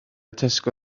tesco